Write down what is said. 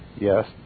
Yes